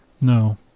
No